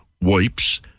wipes